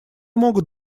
могут